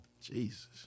Jesus